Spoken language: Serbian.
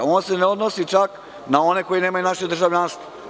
On se ne odnosi čak na one koji nemaju naše državljanstvo.